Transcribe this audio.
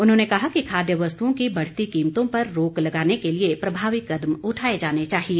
उन्होंने कहा कि खाद्य वस्तुओं की बढ़ती कीमतों पर रोक लगाने के लिए प्रभावी कदम उठाए जाने चाहिए